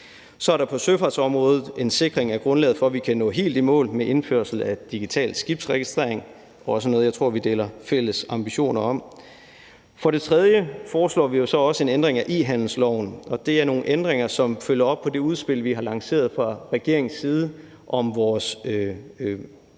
Så er der på søfartsområdet en sikring af grundlaget for, at vi kan nå helt i mål med indførsel af digital skibsregistrering; det er også noget, jeg tror vi deler fælles ambitioner om. For det tredje foreslår vi jo så også en ændring af e-handelsloven, og det er nogle ændringer, som følger op på det udspil, vi har lanceret fra regeringens side, om vores opgør